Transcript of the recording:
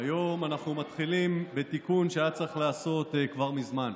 היום אנחנו מתחילים בתיקון שהיה צריך להיעשות כבר מזמן.